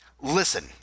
Listen